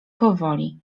powoli